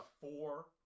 four